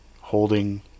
holding